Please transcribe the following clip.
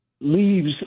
Leaves